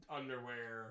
underwear